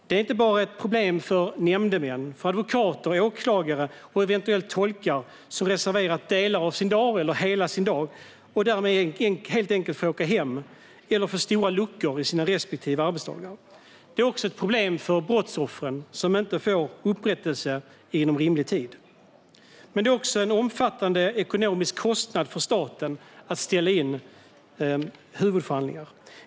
Det är ett problem inte bara för nämndemän, advokater, åklagare och eventuellt tolkar, som reserverat delar av eller hela sin dag och helt enkelt får åka hem eller får stora luckor i sina respektive arbetsdagar, utan också för brottsoffren, som inte får upprättelse inom rimlig tid. Det medför även en omfattande ekonomisk kostnad för staten att ställa in huvudförhandlingar.